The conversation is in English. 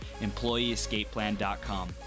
EmployeeEscapePlan.com